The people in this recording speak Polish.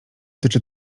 tyczy